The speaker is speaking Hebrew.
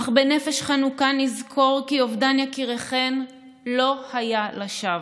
אך בנפש חנוקה נזכור כי אובדן יקיריכן לא היה לשווא.